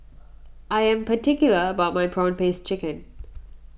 I am particular about my Prawn Paste Chicken